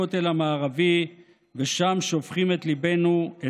לפני הכותל המערבי ושם שופכים את ליבנו,